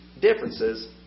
differences